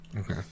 Okay